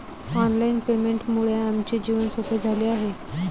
online पेमेंटमुळे आमचे जीवन सोपे झाले आहे